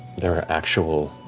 there are actual